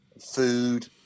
food